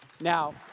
Now